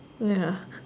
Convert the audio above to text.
ya